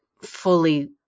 fully